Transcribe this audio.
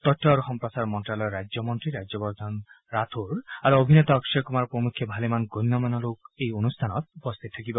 তথ্য আৰু সম্প্ৰচাৰ মন্ত্ৰ্যালয়ৰ ৰাজ্য মন্ত্ৰী ৰাজ্যবৰ্ধন ৰাথোড় আৰু অভিনেতা অক্ষয় কুমাৰ প্ৰমুখ্যে ভালেমান গণ্য মান্য লোক এই অনুষ্ঠানত উপস্থিত থাকিব